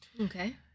Okay